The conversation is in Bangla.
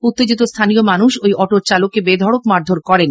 উত্তেজিত স্হানীয় মানুষ ওই অটোর চালককে বেধড়ক মারধর করেন